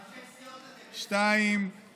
יש מצב שאתה אומר את זה בלי לצחוק?